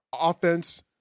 Offense